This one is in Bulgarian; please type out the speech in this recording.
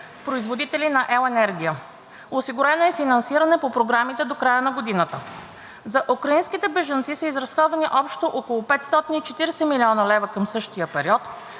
производители на ел. енергия. Осигурено е финансиране по програмите до края на годината. За украинските бежанци са изразходвани общо около 540 млн. лв. към същия период,